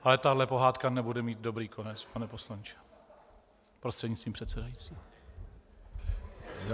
Ale tahle pohádka nebude mít dobrý konec, pane poslanče prostřednictvím předsedajícího.